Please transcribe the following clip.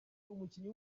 umukinnyi